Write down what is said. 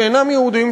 שאינם יהודים,